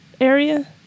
area